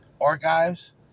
Archives